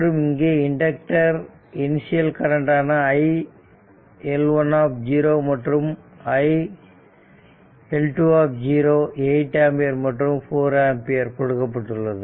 மற்றும் இங்கே inductor initial current ஆன iL1 மற்றும் iL2 8 ஆம்பியர் மற்றும் 4 ஆம்பியர் கொடுக்கப்பட்டுள்ளது